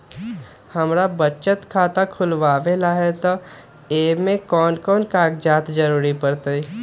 हमरा बचत खाता खुलावेला है त ए में कौन कौन कागजात के जरूरी परतई?